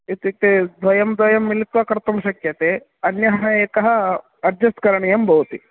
इत्युक्ते द्वयं द्वयं मिलित्वा कर्तुं शक्यते अन्यः एकः अड्जस्ट् करणीयं भवति